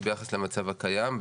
ביחס למצב הקיים.